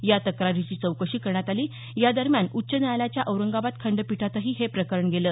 या तक्रारीची चौकशी करण्यात आली या दरम्यान उच्च न्यायालयाच्या औरंगाबाद खंडपीठातही हे प्रकरण गेलं